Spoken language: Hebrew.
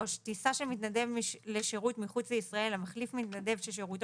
טיסה של מתנדב לשירות מחוץ לישראל המחליף מתנדב ששירותו